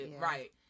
Right